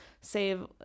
save